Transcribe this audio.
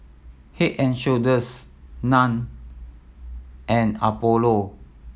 Head and Shoulders Nan and Apollo